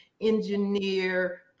engineer